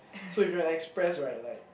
so if you are an express right like